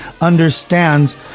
understands